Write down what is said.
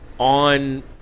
On